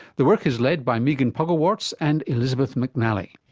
the work is led by megan puckelwartz and elizabeth mcnally.